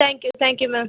thank you thank you ma'am